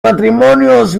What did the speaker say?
matrimonios